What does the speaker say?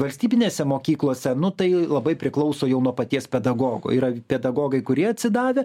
valstybinėse mokyklose nu tai labai priklauso jau nuo paties pedagogo yra pedagogai kurie atsidavę